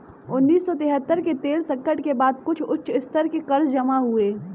उन्नीस सौ तिहत्तर के तेल संकट के बाद कुछ उच्च स्तर के कर्ज जमा हुए